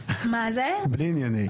"לענייני".